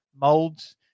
molds